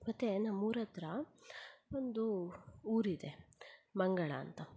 ಮತ್ತು ನಮ್ಮೂರ ಹತ್ರ ಒಂದು ಊರಿದೆ ಮಂಗಳ ಅಂತ